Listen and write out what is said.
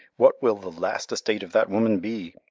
what will the last estate of that woman be,